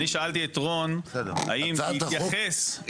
אני שאלתי את רון האם בהתייחס לשני --- הצעת החוק